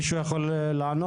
מישהו יכול לענות?